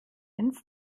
ins